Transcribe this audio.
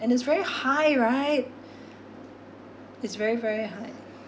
and it's very high right it's very very high